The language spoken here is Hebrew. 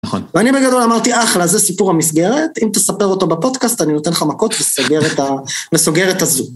נכון. ואני בגדול אמרתי, אחלה, זה סיפור המסגרת, אם תספר אותו בפודקאסט, אני נותן לך מכות וסוגר את הzoom.